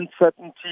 uncertainty